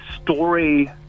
story